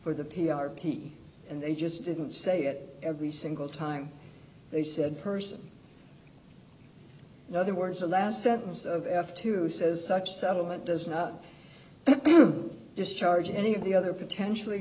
for the p r p and they just didn't say that every single time they said person in other words the last sentence of f two says such a settlement does not discharge any of the other potentially